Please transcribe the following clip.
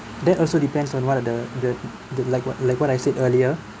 that also depends on what are the the the like what like what I said earlier